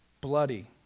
bloody